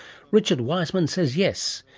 richard wiseman says yes.